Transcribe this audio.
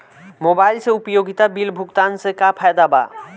Mobile से उपयोगिता bill भुगतान से का फायदा बा?